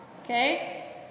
Okay